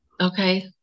Okay